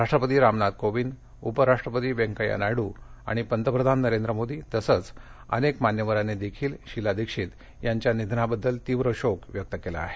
राष्ट्रपती रामनाथ कोविंद उपराष्ट्रपती वेंकय्या नायडू आणि पंतप्रधा नरेंद्र मोदी तसंच अनेक मान्यवरांनी देखील शीला दीक्षित यांच्या निधनाबद्दल तीव्र शोक व्यक्त केला आहे